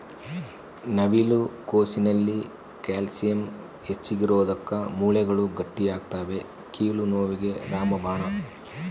ನವಿಲು ಕೋಸಿನಲ್ಲಿ ಕ್ಯಾಲ್ಸಿಯಂ ಹೆಚ್ಚಿಗಿರೋದುಕ್ಕ ಮೂಳೆಗಳು ಗಟ್ಟಿಯಾಗ್ತವೆ ಕೀಲು ನೋವಿಗೆ ರಾಮಬಾಣ